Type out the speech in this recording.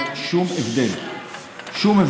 היא שפה שאנחנו משתמשים